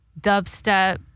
dubstep